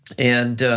and